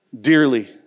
dearly